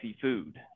food